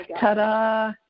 ta-da